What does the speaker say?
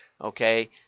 Okay